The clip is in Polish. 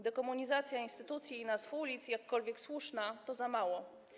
Dekomunizacja instytucji i nazw ulic, jakkolwiek słuszna, to za mało.